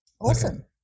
awesome